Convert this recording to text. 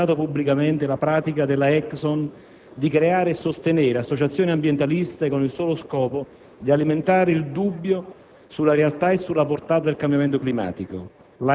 La Royal Society, il 4 settembre scorso, ha denunciato pubblicamente la pratica della Exxon di creare e sostenere associazioni ambientaliste con il solo scopo di alimentare il dubbio